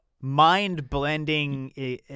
mind-blending